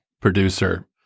producer